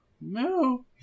no